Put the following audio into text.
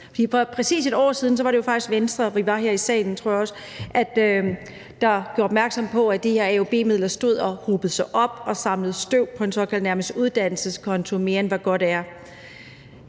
tror jeg, også var her i salen, gjorde opmærksom på, at de her AUB-midler hobede sig op og samlede støv på en såkaldt uddannelseskonto mere, end hvad godt var,